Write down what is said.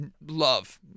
love